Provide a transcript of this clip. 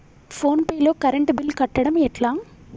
Phone pay లో current bill కట్టడం ఎట్లా?